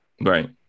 right